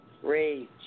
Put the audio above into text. rage